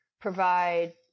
provide